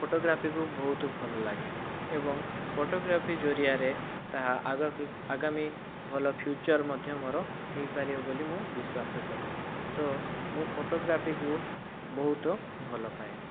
ଫୋଟଗ୍ରାଫିକୁ ବହୁତ ଭଲ ଲାଗେ ଏବଂ ଫୋଟୋଗ୍ରାଫି ଜରିଆରେ ତାହା ଆଗକୁ ଆଗାମୀ ଭଲ ଫିୟୁଚର ମଧ୍ୟ ମୋର ହୋଇପାରିବ ବୋଲି ମୁଁ ବିଶ୍ଵାସ କରେ ତ ମୁଁ ଫୋଟୋଗ୍ରାଫିକୁ ବହୁତ ଭଲପାଏ